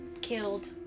killed